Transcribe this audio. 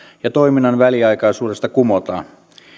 ja toiminnan väliaikaisuudesta kumotaan